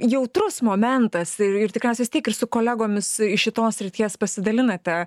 jautrus momentas ir ir tikriausiai vis tiek ir su kolegomis iš šitos srities pasidalinate